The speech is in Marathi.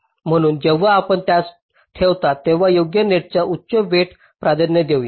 म्हणून जेव्हा आपण त्यास ठेवता तेव्हा योग्य नेटच्या उच्च वेईटस प्राधान्य द्या